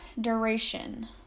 Duration